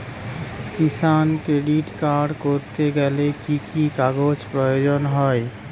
কিষান credit card করতে গেলে কি কি কাগজ প্রয়োজন হয়?